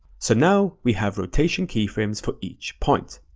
so now we have rotation keyframes for each point.